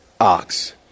ox